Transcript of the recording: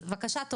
בבקשה.